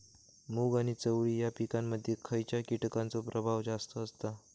मूग आणि चवळी या पिकांमध्ये खैयच्या कीटकांचो प्रभाव जास्त असता?